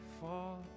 fall